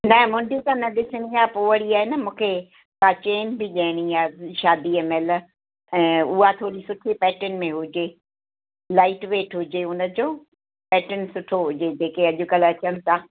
न मुंडी त न ॾिसणी आहे पोइ वरी आ न मूंखे हा चैन बि ॾियणी आहे शादीअ महिल ऐं उहा थोरी सुठे पेटर्न में हुजे लाइट वेट हुजे उनजो पेटर्न सुठो हुजे जेके अॼकल्ह अचनि था